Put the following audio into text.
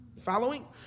Following